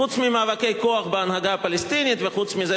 חוץ ממאבקי כוח בהנהגה הפלסטינית וחוץ מזה